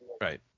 Right